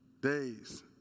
days